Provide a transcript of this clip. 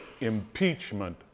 impeachment